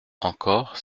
encore